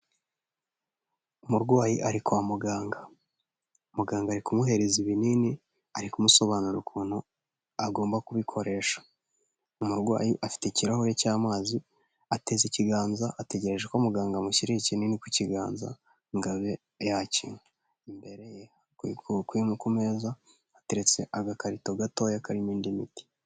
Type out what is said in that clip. Umurwayi ari kwa muganga, muganga ari kumuhereza ibinini, ari kumusobanurira ukuntu agomba kubikoresha, umurwayi afite ikirahure cy'amazi, ateze ikiganza, ategereje ko muganga amushyirira ikinini ku kiganza ngo abe yacyinywa, imbere ye ku meza hateretse agakarito gatoya karimo indi miti.